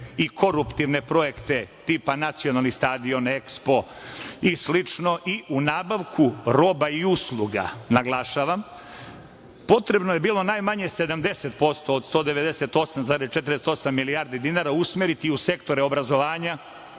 i koruptivne projekte tipa Nacionalni stadion, EKSPO i slično i u nabavku roba i usluga, naglašavam, potrebno je bilo najmanje 70% od 198,48 milijardi dinara usmeriti u sektor obrazovanja,